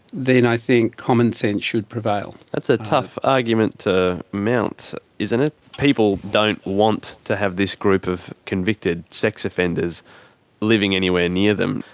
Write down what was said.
then i think common sense should prevail. that's a tough argument to mount, isn't it? people don't want to have this group of convicted sex offenders living anywhere near them.